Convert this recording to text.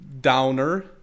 downer